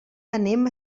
anem